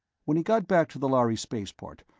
when he got back to the lhari spaceport,